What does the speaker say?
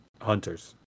hunters